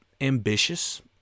ambitious